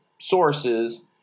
sources